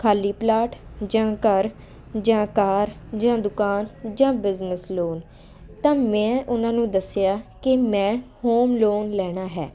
ਖਾਲੀ ਪਲਾਟ ਜਾਂ ਘਰ ਜਾਂ ਕਾਰ ਜਾਂ ਦੁਕਾਨ ਜਾਂ ਬਿਜਨਸ ਲੋਨ ਤਾਂ ਮੈਂ ਉਹਨਾਂ ਨੂੰ ਦੱਸਿਆ ਕਿ ਮੈਂ ਹੋਮ ਲੋਨ ਲੈਣਾ ਹੈ